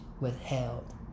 withheld